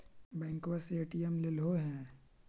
बैंकवा से ए.टी.एम लेलहो है?